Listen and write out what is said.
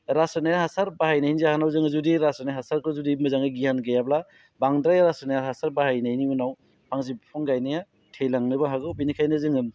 रासायनिक हासार बाहायनायनि जाहोनाव जोङो जुदि रासायनिक हासारखौ जुदि मोजाङै गियान गैयाब्ला बांद्राय रासायनिक हासार बाहायनायनि उनाव फांसे बिफां गायनाया थैलांनोबो हागौ बेनिखायनो जोङो